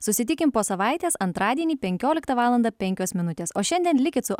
susitikim po savaitės antradienį penkioliktą valandą penkios minutės o šiandien likit su